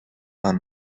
are